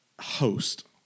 host